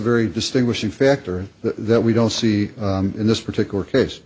very distinguishing factor that we don't see in this particular case